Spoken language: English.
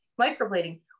microblading